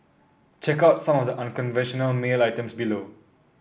check out some of the unconventional mail items below